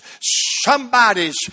Somebody's